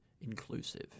inclusive